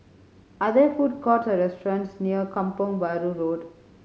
are there food courts or restaurants near Kampong Bahru Road